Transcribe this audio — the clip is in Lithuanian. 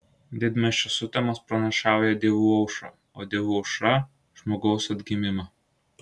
didmiesčio sutemos pranašauja dievų aušrą o dievų aušra žmogaus atgimimą